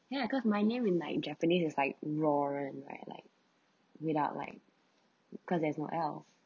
ya cause my name in like japanese is like lauren right like without like caused there is no L_